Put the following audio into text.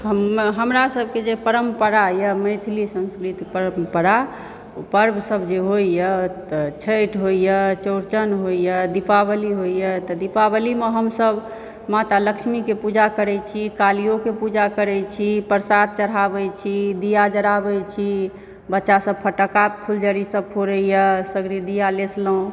हम हमरा सभके जे परम्पराए मैथिली संस्कृतिक परम्परा पर्वसभ जे होइए तऽ छठि होइए चौरचन होइए दीपावली होइए तऽ दीपावलीमे हमसभ माता लक्ष्मीके पूजा करैत छी कालिओके पूजा करैत छी प्रसाद चढ़ाबैत छी दिया जराबैत छी बच्चासभ फटक्का फुलझड़ी सभ फोड़यए सगरो दिआ लेसलहुँ